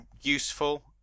useful